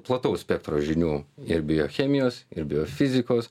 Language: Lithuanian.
plataus spektro žinių ir biochemijos ir biofizikos